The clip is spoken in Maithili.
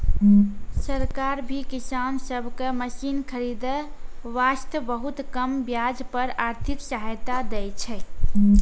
सरकार भी किसान सब कॅ मशीन खरीदै वास्तॅ बहुत कम ब्याज पर आर्थिक सहायता दै छै